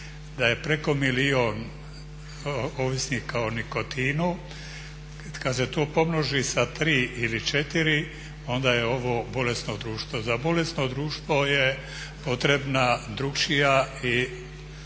da je preko milijun ovisnika o nikotina. Kad se to pomnoži sa 3 ili 4 onda je ovo bolesno društvo. Za bolesno društvo je potrebna drukčija